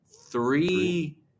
three –